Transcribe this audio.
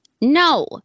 No